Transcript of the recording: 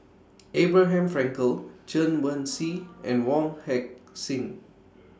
Abraham Frankel Chen Wen Hsi and Wong Heck Sing